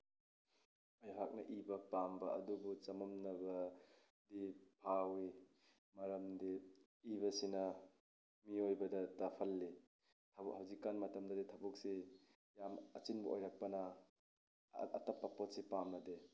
ꯑꯩꯍꯥꯛꯅ ꯏꯕ ꯄꯥꯝꯕ ꯑꯗꯨꯕꯨ ꯆꯃꯝꯅꯕ ꯗꯤ ꯐꯥꯎꯋꯤ ꯃꯔꯝꯗꯤ ꯏꯕꯁꯤꯅ ꯃꯤꯑꯣꯏꯕꯗ ꯇꯞꯍꯜꯂꯤ ꯊꯕꯛ ꯍꯧꯖꯤꯛꯀꯥꯟ ꯃꯇꯝꯗꯗꯤ ꯊꯕꯛꯁꯤ ꯌꯥꯝ ꯑꯆꯤꯟꯕ ꯑꯣꯏꯔꯛꯄꯅ ꯑꯇꯞꯄ ꯄꯣꯠꯁꯤ ꯄꯥꯝꯅꯗꯦ